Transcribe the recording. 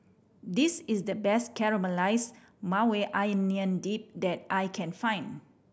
this is the best Caramelized Maui Onion Dip that I can find